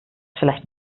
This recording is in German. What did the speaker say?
vielleicht